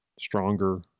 stronger